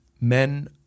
men